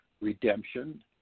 redemption